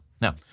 Now